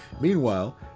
Meanwhile